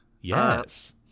Yes